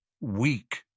weak